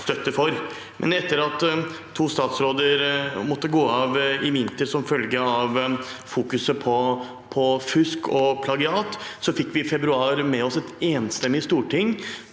støtte for. Etter at to statsråder måtte gå av i vinter som følge av fokuset på fusk og plagiat, fikk vi i februar et enstemmig storting